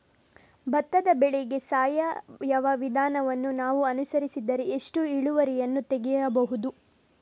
ಭತ್ತದ ಬೆಳೆಗೆ ಸಾವಯವ ವಿಧಾನವನ್ನು ನಾವು ಅನುಸರಿಸಿದರೆ ಎಷ್ಟು ಇಳುವರಿಯನ್ನು ತೆಗೆಯಬಹುದು?